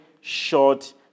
short